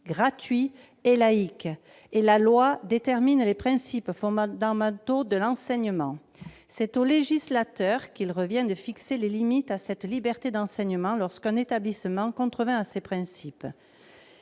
gratuit et laïque, et la loi détermine les principes fondamentaux de l'enseignement. C'est au législateur qu'il revient de fixer les limites à cette liberté d'enseignement lorsqu'un établissement contrevient à ces principes,